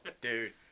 Dude